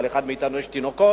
לכל אחד מאתנו יש תינוקות,